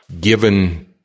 given